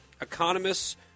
Economists